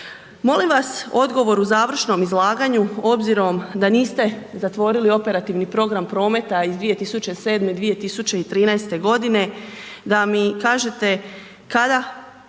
Molim vas odgovor u završnom izlaganju, obzirom da niste zatvorili Operativni program prometa iz 2013.2013. godine, da mi kažete kada